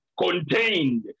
contained